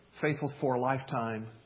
faithful-for-a-lifetime